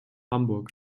hamburg